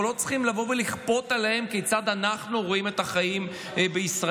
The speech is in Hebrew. אנחנו לא צריכים לבוא ולכפות עליהם כיצד אנחנו רואים את החיים בישראל.